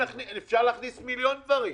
אפשר להכניס מיליון דברים.